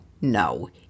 no